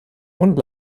und